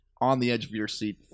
on-the-edge-of-your-seat